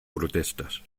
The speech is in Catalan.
protestes